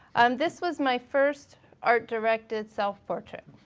um this was my first art directed self-portrait.